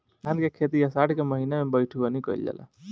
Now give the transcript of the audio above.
धान के खेती आषाढ़ के महीना में बइठुअनी कइल जाला?